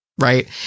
Right